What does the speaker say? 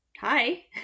Hi